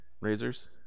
razors